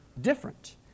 different